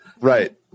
Right